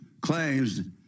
claims